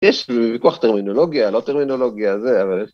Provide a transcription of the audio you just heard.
‫יש ויכוח טרמינולוגיה, ‫לא טרמינולוגיה זה, אבל...